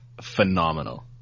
phenomenal